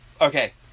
Okay